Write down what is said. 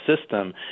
system